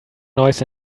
noise